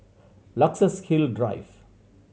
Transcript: Luxus Hill Drive